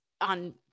on